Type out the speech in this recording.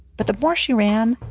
but the more she ran,